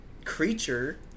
creature